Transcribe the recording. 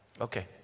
Okay